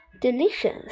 delicious